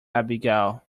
abigail